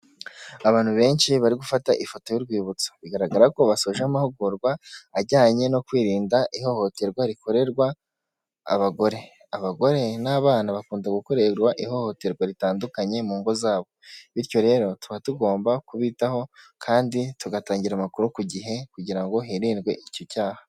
Abantu benshi bari gufata ifoto y'urwibutso. Bigaragara ko basoje amahugurwa ajyanye no kwirinda ihohoterwa rikorerwa abagore. Abagore n'abana bakunda gukorerwa ihohoterwa ritandukanye mu ngo zabo. Bityo rero tuba tugomba kubitaho kandi tugatangira amakuru ku gihe kugira ngo hirindwe icyo cyaha.